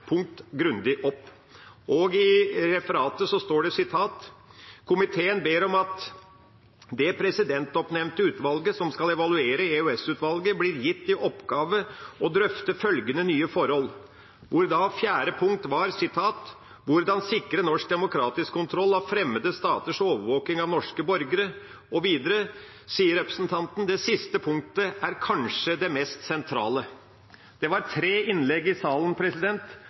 punkt grundig opp. I referatet står det: «Komiteen ber om at det presidentskapsoppnevnte utvalget som skal evaluere EOS-utvalget, blir gitt i oppgave å drøfte følgende nye forhold:» Og videre, hvor fjerde punkt var: «– hvordan sikre norsk demokratisk kontroll av fremmede staters overvåkning av norske borgere» Og videre sier representanten: «Det siste punktet er kanskje det mest sentrale.» Det var tre innlegg i salen,